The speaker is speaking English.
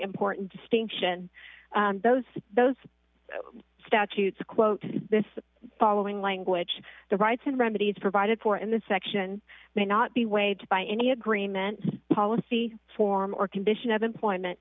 important distinction those those statutes quote this following language the rights and remedies provided for in the section may not be waived by any agreement policy for more condition of employment